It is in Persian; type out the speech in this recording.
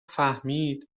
فهمید